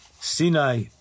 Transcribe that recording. Sinai